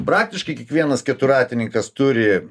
praktiškai kiekvienas keturratininkas turi